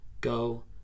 go